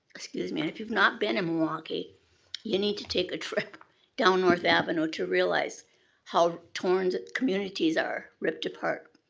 excuse me. and if you've not been in milwaukee you need to take a trip down north avenue to realize how torn the communities are, ripped apart,